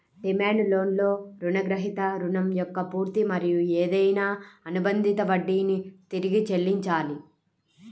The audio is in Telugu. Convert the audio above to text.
డిమాండ్ లోన్లో రుణగ్రహీత రుణం యొక్క పూర్తి మరియు ఏదైనా అనుబంధిత వడ్డీని తిరిగి చెల్లించాలి